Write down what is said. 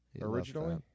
Originally